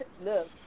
look